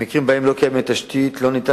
במקרים שבהם לא קיימות תשתיות לא ניתן